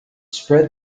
spread